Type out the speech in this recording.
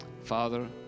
father